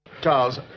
Charles